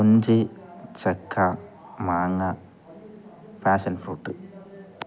കുഞ്ചി ചക്ക മാങ്ങ പാഷൻ ഫ്രൂട്ട്